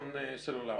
טלפון סלולרי?